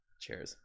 cheers